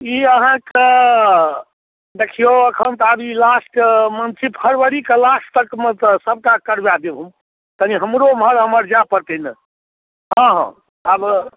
ई अहाँकेँ देखियौ एखन तऽ आब ई लास्ट मन्थ छी फरवरीके लास्टतक मे तऽ सभटा करवा देब हम कनि हमरो इमहर उमहर जाय पड़तै ने हँ हँ आब